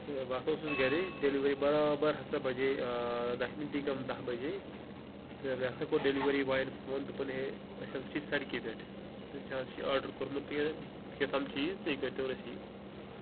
تہٕ بہٕ ہسا اوسُس گَرے ڈیلؤری برابر ہسا بَجے دَہہِ مِنٹی کَم دَہ بَجے تہٕ مےٚ ہسا کوٚر ڈیٚلِؤری بایَن فون دوپَن ہے أسۍ ہسا چھِ سڑکہِ پٮ۪ٹھ تہٕ ژے حظ چھِ آرڈَر کوٚرمُت یہِ کیاہتام چیٖز تہٕ یہِ کٔرۍ تو رٔسیٖو